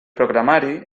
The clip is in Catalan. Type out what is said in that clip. programari